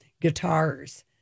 Guitars